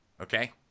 okay